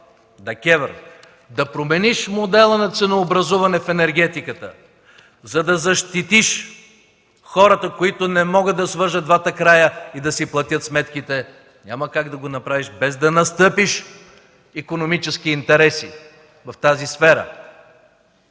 ДКЕВР да промениш модела на ценообразуване в енергетиката, за да защитиш хората, които не могат да свържат двата края и да си платят сметките, няма как да го направиш, без да настъпиш икономически интереси в тази сфера.